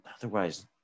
otherwise